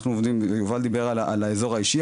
יובל דיבר על האזור האישי,